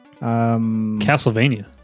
Castlevania